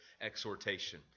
exhortation